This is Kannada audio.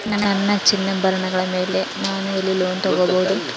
ನನ್ನ ಚಿನ್ನಾಭರಣಗಳ ಮೇಲೆ ನಾನು ಎಲ್ಲಿ ಲೋನ್ ತೊಗೊಬಹುದು?